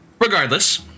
Regardless